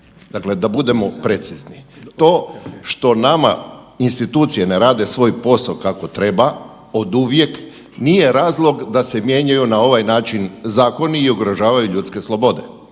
Dakle, da budemo precizni, to što nama institucije ne rade svoj posao kako treba oduvijek nije razlog da se mijenjaju na ovaj način zakoni i ugrožavaju ljudske slobode.